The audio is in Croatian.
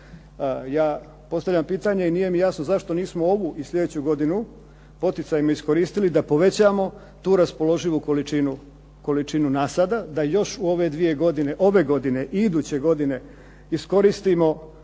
Ja postavljam pitanje i nije mi jasno zašto nismo ovu i slijedeću godinu poticajem iskoristili da povećamo tu raspoloživu količinu nasada, da još u ove dvije godine, ove godine i iduće godine iskoristimo tu